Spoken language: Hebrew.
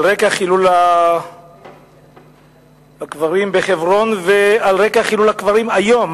על רקע חילול הקברים בחברון ועל רקע חילול הקברים היום.